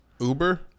Uber